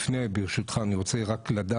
אני רוצה ברשותך לדעת,